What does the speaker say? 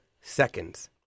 seconds